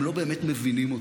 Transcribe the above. הם לא באמת מבינים אותנו.